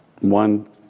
one